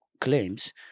claims